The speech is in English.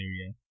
area